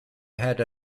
had